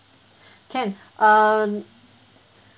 can uh